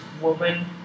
woman